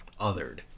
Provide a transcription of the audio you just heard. othered